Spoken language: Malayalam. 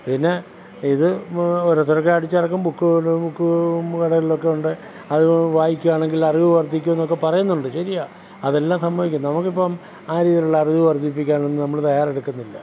പിന്നെ ഇത് ഓരോരുത്തരൊക്കെ അടിച്ചിറക്കും ബുക്കുകൾ ബുക്കൂം അതിലൊക്കെ ഉണ്ട് അത് വായിക്കുകയാണെങ്കിൽ അറിവ് വർധിക്കും എന്നൊക്കെ പറയുന്നുണ്ട് ശരിയാണ് അതെല്ലാം സമ്മതിക്കുന്നു നമ്മൾക്ക് ഇപ്പോൾ ഇപ്പം ആ രീതിയിലുള്ള അറിവ് വർധിപ്പിക്കാനൊന്നും നമ്മൾ തയ്യാറെടുക്കുന്നില്ല